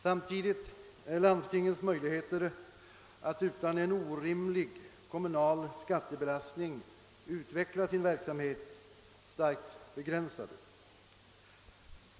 Samtidigt är landstingens möjligheter att utan en orimlig kommunal skattebelastning utveckla sin verksamhet kraftigt begränsade.